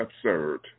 absurd